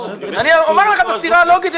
לא --- אני אומר לך את הסתירה הלוגית,